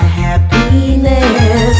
happiness